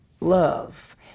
Love